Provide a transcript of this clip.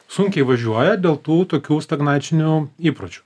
sunkiai važiuoja dėl tų tokių stagnacinių įpročių